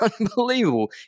unbelievable